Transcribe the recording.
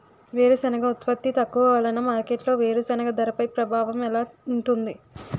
వేరుసెనగ ఉత్పత్తి తక్కువ వలన మార్కెట్లో వేరుసెనగ ధరపై ప్రభావం ఎలా ఉంటుంది?